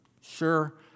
Sure